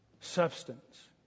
substance